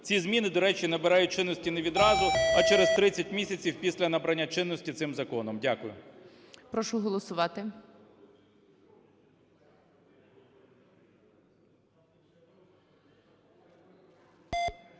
Ці зміни, до речі, набирають чинності не відразу, а через 30 місяців після набрання чинності цим законом. Дякую. ГОЛОВУЮЧИЙ. Прошу голосувати.